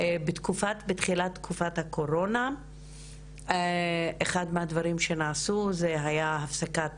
שבתחילת תקופת הקורונה אחד מהדברים שנעשו זה היה הפסקת